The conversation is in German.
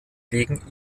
wegen